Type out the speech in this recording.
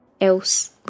else